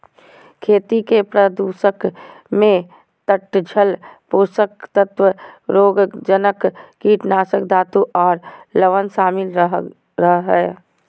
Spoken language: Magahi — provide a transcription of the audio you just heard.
खेती के प्रदूषक मे तलछट, पोषक तत्व, रोगजनक, कीटनाशक, धातु आर लवण शामिल रह हई